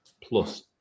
plus